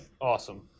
Awesome